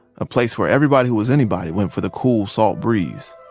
a place where everybody who was anybody went for the cool salt breeze.